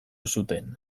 zuten